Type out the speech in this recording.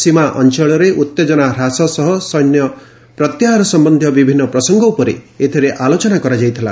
ସୀମା ଅଞ୍ଚଳରେ ଉତ୍ତେଜନା ହ୍ରାସ ଓ ସୈନ୍ୟ ପ୍ରତ୍ୟାହାର ସମ୍ଭନ୍ଧୀୟ ବିଭିନ୍ନ ପ୍ରସଙ୍ଗ ଉପରେ ଏଥିରେ ଆଲୋଚନା କରାଯାଇଥିଲା